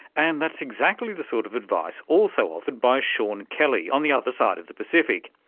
and that's exactly the sort of advice also offered by sean kelly on the other side of the pacific.